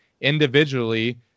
individually